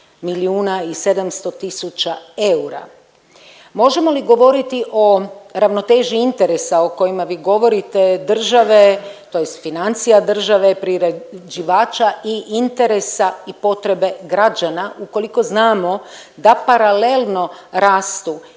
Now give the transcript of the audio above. milijuna i 700 tisuća eura. Možemo li govoriti o ravnoteži interesa o kojima vi govorite države tj. financija države, priređivača i interesa i potrebe građana ukoliko znamo da paralelno rastu